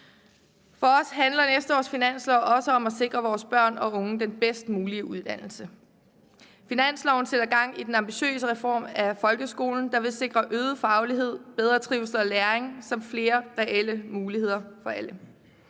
For os handler næste års finanslov også om at sikre vores børn og unge den bedst mulige uddannelse. Finansloven sætter gang i den ambitiøse reform af folkeskolen, der vil sikre øget faglighed, bedre trivsel og læring samt flere reelle muligheder for alle.